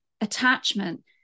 attachment